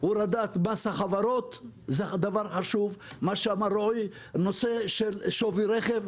הורדת מס החברות זה דבר חשוב; או מה שאמר רועי בנושא של שווי רכב,